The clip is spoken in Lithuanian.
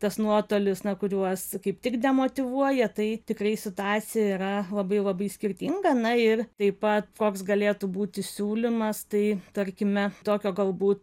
tas nuotolis na kuriuos kaip tik demotyvuoja tai tikrai situacija yra labai labai skirtinga na ir taip pat koks galėtų būti siūlymas tai tarkime tokio galbūt